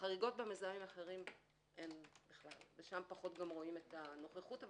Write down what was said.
חריגות במזהמים אחרים- -- ושם גם פחות רואים את הנוכחות,